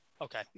Okay